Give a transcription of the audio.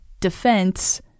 defense